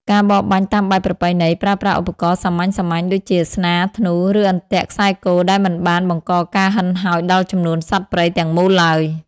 ការបរបាញ់តាមបែបប្រពៃណីប្រើប្រាស់ឧបករណ៍សាមញ្ញៗដូចជា ស្នា ធ្នូ ឬអន្ទាក់ខ្សែគោ ដែលមិនបានបង្កការហិនហោចដល់ចំនួនសត្វព្រៃទាំងមូលឡើយ។